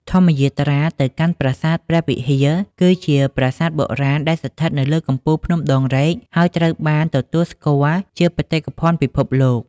ធម្មយាត្រាទៅកាន់ប្រាសាទព្រះវិហារ គឺជាប្រាសាទបុរាណដែលស្ថិតនៅលើកំពូលភ្នំដងរែក ហើយត្រូវបានទទួលស្គាល់ជាបេតិកភណ្ឌពិភពលោក។